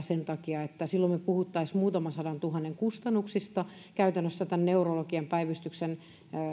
sen takia että silloin me puhuisimme muutaman sadantuhannen kustannuksista käytännössä neurologian päivystyksen